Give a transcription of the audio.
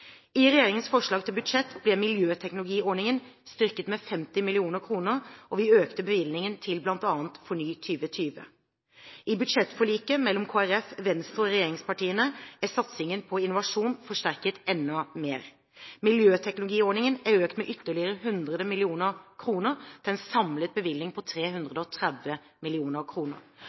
I regjeringens forslag til budsjett ble Miljøteknologiordningen styrket med 50 mill. kr, og vi økte bevilgningen til bl.a. FORNY2020. I budsjettforliket mellom Kristelig Folkeparti, Venstre og regjeringspartiene er satsingen på innovasjon forsterket enda mer. Miljøteknologiordningen er økt med ytterligere 100 mill. kr, til en samlet bevilgning på 330 mill. kr, og